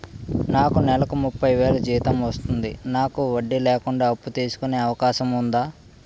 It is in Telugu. నాకు నేలకు ముప్పై వేలు జీతం వస్తుంది నాకు వడ్డీ లేకుండా అప్పు తీసుకునే అవకాశం ఉందా